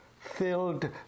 filled